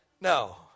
No